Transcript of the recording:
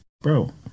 bro